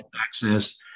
access